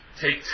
take